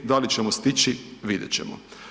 Da li ćemo stići, vidjet ćemo.